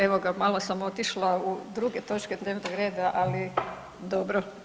Evo ga, malo sam otišla u druge točke dnevnog reda, ali dobro.